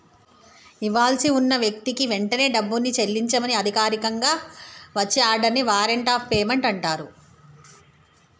ఇవ్వాల్సి ఉన్న వ్యక్తికి వెంటనే డబ్బుని చెల్లించమని అధికారికంగా వచ్చే ఆర్డర్ ని వారెంట్ ఆఫ్ పేమెంట్ అంటరు